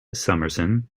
summerson